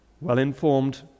well-informed